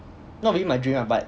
not really my dream ah but